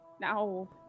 No